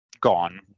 gone